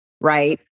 right